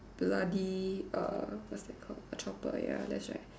bloody uh what's that called a chopper ya that's right